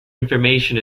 information